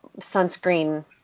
sunscreen